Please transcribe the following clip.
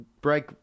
Break